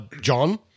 John